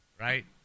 Right